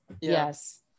yes